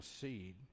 seed